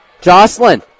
Jocelyn